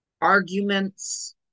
arguments